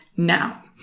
Now